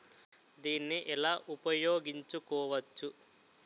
దీన్ని ఎలా ఉపయోగించు కోవచ్చు?